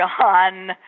John